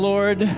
Lord